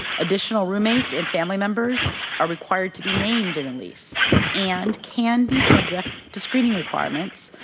additional roommates and family members are required to be named in the lease and can be subject to screening requirements.